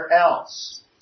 else